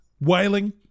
Wailing